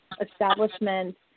establishment